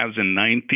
2019